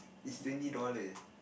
is twenty dollar